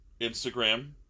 Instagram